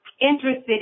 interested